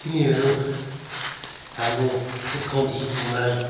तिनीहरू हाम्रो पुर्खौँदेखिको माग